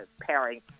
pairing